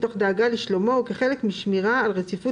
מתוך דאגה לשלומו וכחלק משמירה על רציפות